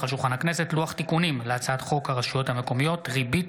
לוח תיקונים להצעת חוק הרשויות המקומיות (ריבית